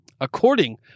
According